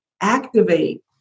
activate